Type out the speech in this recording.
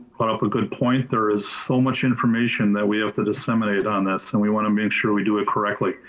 up a good point. there is so much information that we have to disseminate on this and we wanna make sure we do it correctly.